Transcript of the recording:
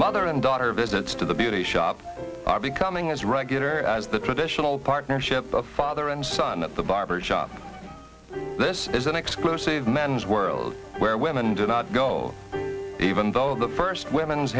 mother and daughter visits to the beauty shop are becoming as regular as the traditional partnership of father and son at the barber shop this is an exclusive men's world where women do not go even though the first women's